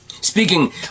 speaking